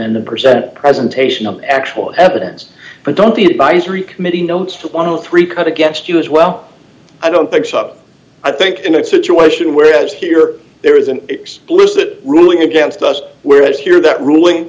and the present presentation of actual evidence but don't the advisory committee notes for one hundred and three cut against you as well i don't think so i think in a situation where as here there is an explicit ruling against us whereas here that ruling